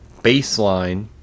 baseline